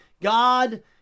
God